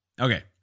Okay